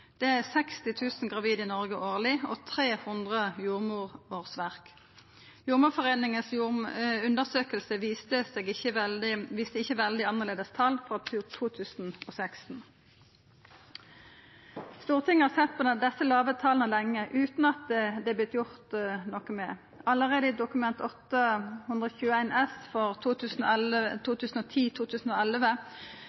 Det er 60 000 gravide i Noreg årleg og 300 jordmorårsverk. Jordmorforeiningas undersøking viste ikkje veldig annleis tal for 2016. Stortinget har sett på desse låge tala lenge, utan at det har vorte gjort noko. Allereie i Dokument